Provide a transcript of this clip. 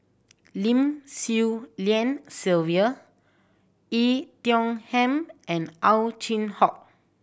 Lim Swee Lian Sylvia Yi Tiong Ham and Ow Chin Hock